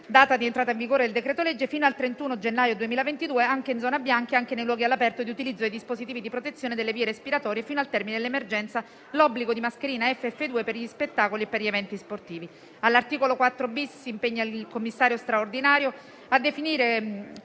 data di entrata in vigore del decreto-legge, fino al 31 gennaio 2022, anche in zona bianca e anche nei luoghi all'aperto di utilizzo dei dispositivi di protezione delle vie respiratorie e, fino al termine dell'emergenza, l'obbligo di mascherine FFP2 per gli spettacoli e per gli eventi sportivi. All'articolo 4-*bis* si impegna il commissario straordinario a definire,